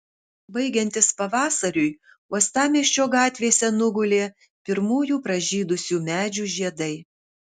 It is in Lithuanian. baigiantis pavasariui uostamiesčio gatvėse nugulė pirmųjų pražydusių medžių žiedai